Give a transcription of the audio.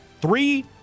three